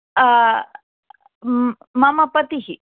म मम पतिः